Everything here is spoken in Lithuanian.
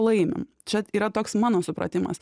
laimim čia yra toks mano supratimas